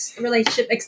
relationship